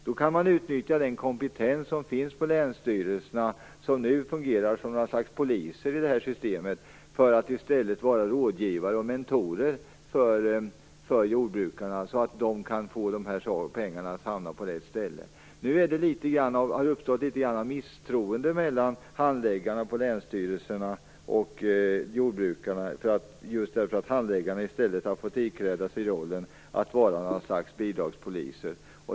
Då skulle man kunna utnyttja den kompetens som finns på länsstyrelserna, som ju nu fungerar som ett slags poliser i det här systemet. I stället kunde de alltså vara rådgivare och mentorer åt jordbrukarna, så att dessa kan få pengarna samlade på rätt ställe. Det har alltså uppstått visst misstroende mellan handläggarna på länsstyrelserna och jordbrukarna, just därför att handläggarna har fått ikläda sig rollen att vara ett slags bidragspoliser.